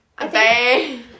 Okay